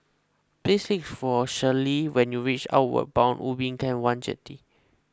please for Shelly when you reach Outward Bound Ubin Camp one Jetty